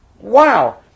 wow